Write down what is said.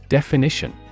Definition